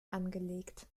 angelegt